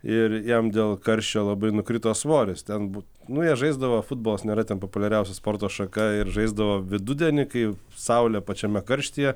ir jam dėl karščio labai nukrito svoris ten nu jie žaisdavo futbolas nėra ten populiariausia sporto šaka ir žaisdavo vidudienį kai saulė pačiame karštyje